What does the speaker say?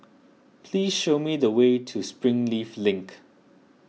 please show me the way to Springleaf Link